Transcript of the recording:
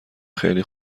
خیلی